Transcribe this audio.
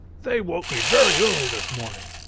they woke me very early this morning.